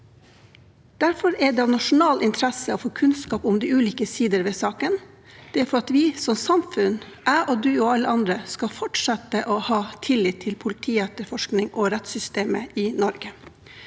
Derfor er det av nasjonal interesse å få kunnskap om de ulike sider ved saken. Det er fordi vi som samfunn – jeg og du og alle andre – skal fortsette å ha tillit til politietterforskningen og rettssystemet i Norge.